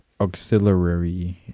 auxiliary